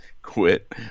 Quit